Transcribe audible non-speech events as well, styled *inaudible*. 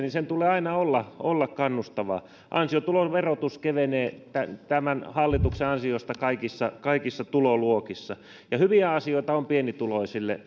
*unintelligible* niin sen tulee aina olla olla kannustavaa ansiotuloverotus kevenee tämän tämän hallituksen ansiosta kaikissa kaikissa tuloluokissa ja hyviä asioita on pienituloisille *unintelligible*